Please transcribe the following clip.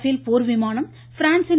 பேல் போர்விமானம் பிரான்சின்